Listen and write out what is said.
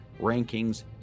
rankings